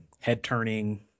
head-turning